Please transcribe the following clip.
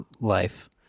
life